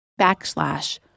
backslash